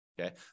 Okay